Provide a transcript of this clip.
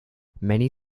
many